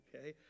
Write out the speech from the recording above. okay